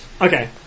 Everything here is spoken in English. Okay